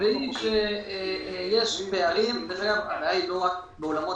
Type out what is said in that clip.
והיא שיש פערים --- הבעיה היא לא רק בעולמות